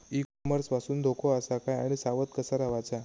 E commerce पासून धोको आसा काय आणि सावध कसा रवाचा?